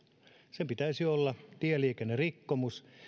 sen pitäisi olla tieliikennerikkomus